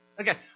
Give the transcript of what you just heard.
Okay